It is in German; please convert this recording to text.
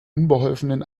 unbeholfenen